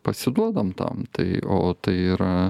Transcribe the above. pasiduodam tam tai o tai yra